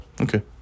okay